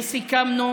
וסיכמנו,